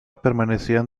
permanecían